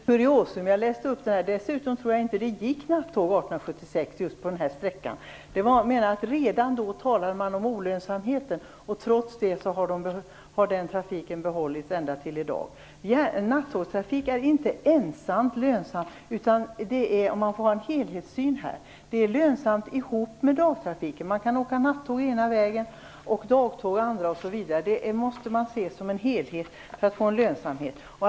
Fru talman! Det var mer som kuriosa jag läste upp detta. Dessutom tror jag inte att det gick nattåg 1876 på just den här sträckan. Redan då talade man om olönsamhet. Trots detta har trafiken behållits ända till i dag. Nattågstrafik är inte ensamt lönsamt, utan här måste man ha en helhetssyn. Den är lönsam ihop med dagtrafiken. Man kan åka nattåg i ena riktningen och dagtåg i den andra osv. Detta måste ses som en helhet för lönsamheten.